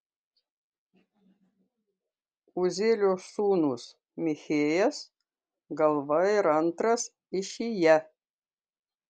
uzielio sūnūs michėjas galva ir antras išija